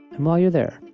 and while you're there,